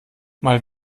mal